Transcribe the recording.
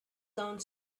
done